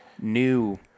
new